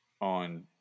on